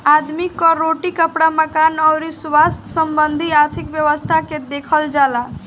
आदमी कअ रोटी, कपड़ा, मकान अउरी स्वास्थ्य संबंधी आर्थिक व्यवस्था के देखल जाला